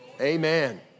amen